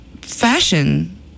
fashion